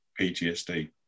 PTSD